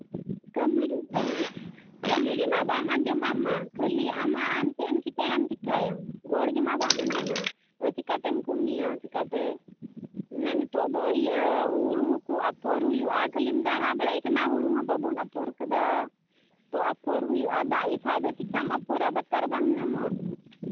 ᱠᱟᱹᱢᱤ ᱜᱮ ᱠᱟᱹᱢᱤ ᱜᱮᱢᱟ ᱵᱟᱢ ᱟᱸᱡᱚᱢ ᱟᱢ ᱢᱟ ᱠᱷᱟᱹᱞᱤ ᱟᱢ ᱪᱮᱫ ᱮᱢ ᱪᱤᱠᱟᱹᱭᱟᱢ ᱪᱤᱠᱟᱹᱭᱟᱢ ᱨᱚᱲ ᱜᱮᱢᱟ ᱵᱟᱢ ᱟᱸᱡᱚᱢᱟ ᱟᱫᱚ ᱪᱤᱠᱟᱹᱛᱮᱢ ᱠᱟᱹᱢᱤᱭᱟ ᱪᱤᱠᱟᱛᱮ ᱱᱤᱛᱚᱜ ᱫᱚ ᱦᱩᱲᱩ ᱠᱚ ᱟᱯᱷᱚᱨ ᱦᱩᱭᱩᱜᱼᱟ ᱠᱷᱟᱹᱞᱤᱢ ᱫᱟᱬᱟ ᱵᱟᱲᱟᱭ ᱠᱟᱱᱟ ᱦᱩᱲᱩ ᱦᱚᱸ ᱵᱟᱵᱚᱱ ᱟᱯᱷᱚᱨ ᱠᱟᱫᱟ ᱟᱯᱷᱚᱨ ᱦᱩᱭᱩᱜᱼᱟ ᱫᱟᱜ ᱞᱮᱠᱷᱟᱱ ᱫᱚ ᱪᱤᱠᱟᱹᱢ ᱟᱯᱷᱚᱨᱟ ᱵᱟᱛᱟᱨ ᱵᱟᱢ ᱧᱟᱢᱟ